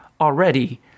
already